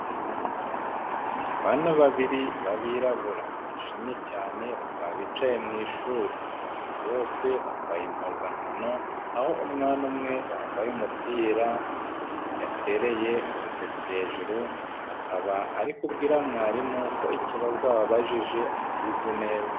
Ni abana babiri b'abirabura bishimye cyane bakaba bicaye mu ishuri, bose bambaye impuzankano aho umwana umwe wambaye umupira yatereye urutoki hejuru akaba arikubwira mwarimu ko ikibazo ababajije akizi neza.